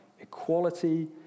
equality